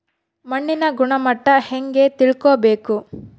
ಮಣ್ಣಿನ ಗುಣಮಟ್ಟ ಹೆಂಗೆ ತಿಳ್ಕೊಬೇಕು?